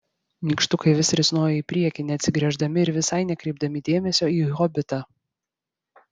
nykštukai vis risnojo į priekį neatsigręždami ir visai nekreipdami dėmesio į hobitą